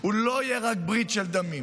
לא תהיה רק ברית של דמים